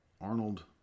Arnold